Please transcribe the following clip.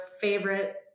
favorite